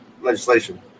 legislation